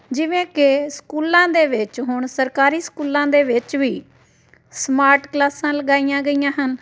ਜਿਵੇਂ ਕਿ ਸਕੂਲਾਂ ਦੇ ਵਿੱਚ ਹੁਣ ਸਰਕਾਰੀ ਸਕੂਲਾਂ ਦੇ ਵਿੱਚ ਵੀ ਸਮਾਰਟ ਕਲਾਸਾਂ ਲਗਾਈਆਂ ਗਈਆਂ ਹਨ